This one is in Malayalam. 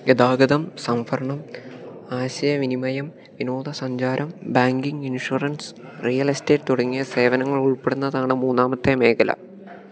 ഗതാഗതം സംഭരണം ആശയവിനിമയം വിനോദസഞ്ചാരം ബാങ്കിംഗ് ഇൻഷുറൻസ് റിയൽ എസ്റ്റേറ്റ് തുടങ്ങിയ സേവനങ്ങൾ ഉൾപ്പെടുന്നതാണ് മൂന്നാമത്തെ മേഖല